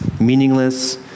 meaningless